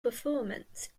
performance